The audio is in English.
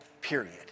Period